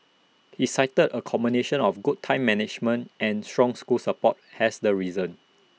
he cited A combination of good time management and strong school support as the reason